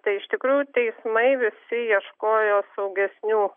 tai iš tikrųjų teismai visi ieškojo saugesnių